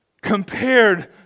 compared